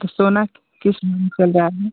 तो सोना किस में चल रहा है